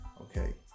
Okay